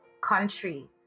country